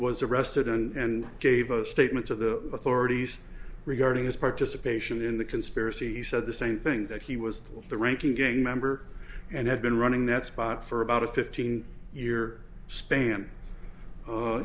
was arrested and gave a statement to the authorities regarding his participation in the conspiracy he said the same thing that he was the ranking gang member and had been running that spot for about a fifteen year span